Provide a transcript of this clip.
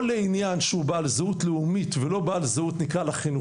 לעניין שהוא בעל זהות לאומית ולא בעל זהות חינוכית,